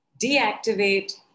Deactivate